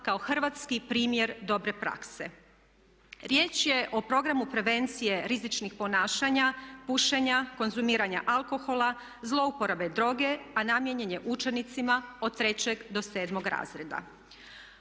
kao hrvatski primjer dobre prakse. Riječ je o programu prevencije rizičnih ponašanja, pušenja, konzumiranja alkohola, zlouporabe droge, a namijenjen je učenicima od trećeg do sedmog razreda.